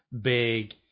big